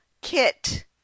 kit